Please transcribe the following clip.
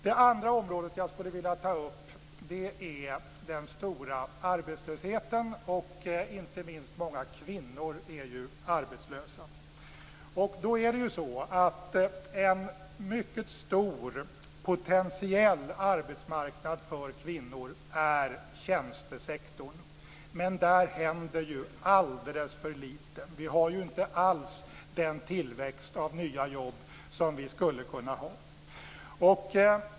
Det andra området jag skulle vilja ta upp är den stora arbetslösheten, inte minst är många kvinnor arbetslösa. En mycket stor potentiell arbetsmarknad för kvinnor är tjänstesektorn. Men där händer alldeles för lite. Vi har inte alls den tillväxt av nya jobb som vi skulle kunna ha.